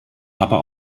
aber